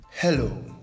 Hello